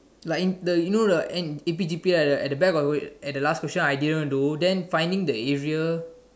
like the you know the a P G P at the back I at the back I didn't do then finding the area